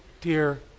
dear